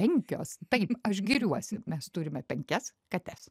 penkios taip aš giriuosi mes turime penkias kates